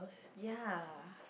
ya